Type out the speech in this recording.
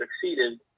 succeeded